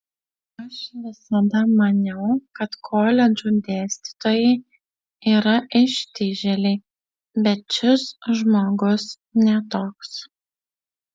aš visada maniau kad koledžų dėstytojai yra ištižėliai bet šis žmogus ne toks